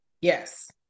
Yes